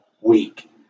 week